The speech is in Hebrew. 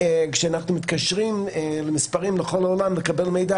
כשאנחנו מתקשרים לכל העולם לקבל מידע,